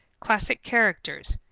classic characters,